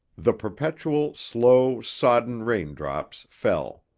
the perpetual, slow, sodden raindrops fell.